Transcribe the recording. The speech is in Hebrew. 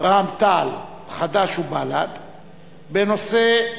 רע"ם-תע"ל חד"ש בל"ד בנושא: